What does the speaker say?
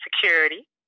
security